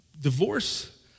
divorce